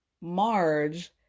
Marge